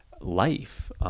life